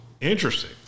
Interesting